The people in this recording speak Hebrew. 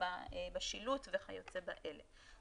בשילוט וכיוצא באלה.